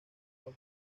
juan